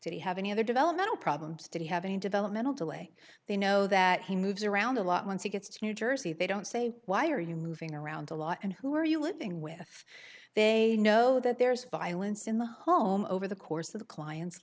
today have any other developmental problems did he have any developmental delay they know that he moves around a lot once he gets to new jersey they don't say why are you moving around a lot and who are you living with they know that there's violence in the home over the course of the client